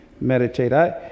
meditate